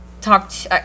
talked